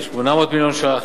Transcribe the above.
כ-800 מיליון שקלים.